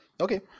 Okay